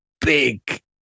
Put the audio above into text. big